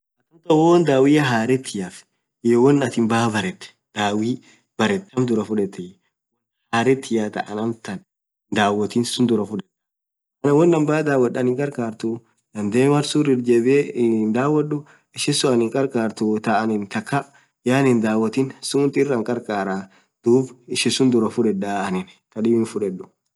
amtan woo won dhawia haretiaf iyyo won attin bayaa barrethe dhawii bayya barrethe kaam dhurah fudhethi dhu harrethia taa Anna amtaan suun hidhawothin suun dhurah fudhedha won anin bayya dhawodhe Anna hinkharlharthu dhandhe malsur itjebiye iii hindawodhu ishin suun annan hinkharlharthu thaa anin thakhaa hindawothin suthii irrr Ann kharkharaa dhub ishi suun dhurah fudhedha anin thaa dhibii hinfudhedhu